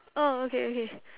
oh okay okay